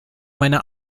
meine